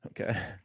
Okay